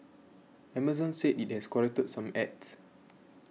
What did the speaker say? Amazon said it has corrected some ads